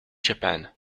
japan